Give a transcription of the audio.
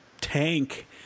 tank